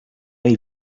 hay